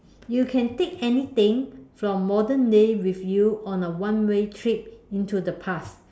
you can take anything from modern day with you on a one way trip into the past